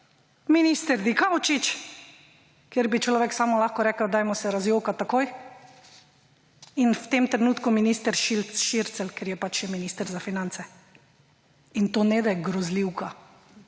minister Dikaučič, kjer bi človek samo lahko rekel – dajmo se razjokati takoj, in v tem trenutku minister Šircelj, ker je pač minister za finance. In to ne da je grozljivka,